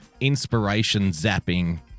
inspiration-zapping